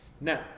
Now